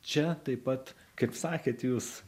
čia taip pat kaip sakėt jūs